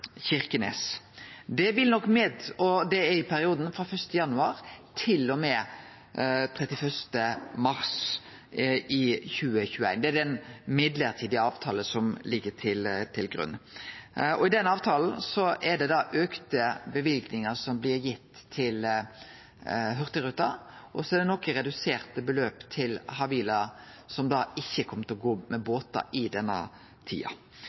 Kirkenes. Det er i perioden frå 1. januar til og med 31. mars i 2021. Det er den mellombels avtalen som ligg til grunn. I den avtalen er det auka løyvingar som blir gitt til Hurtigruten, og så er det eit noko redusert beløp til Havila, som ikkje kjem til å gå med båtar i denne tida.